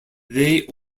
they